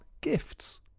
gifts